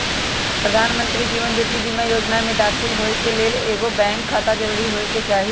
प्रधानमंत्री जीवन ज्योति बीमा जोजना में दाखिल होय के लेल एगो बैंक खाता जरूरी होय के चाही